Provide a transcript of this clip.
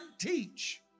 teach